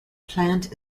plant